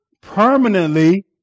permanently